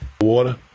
Water